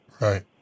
Right